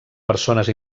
persones